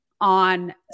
on